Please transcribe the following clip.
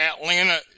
Atlanta